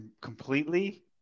completely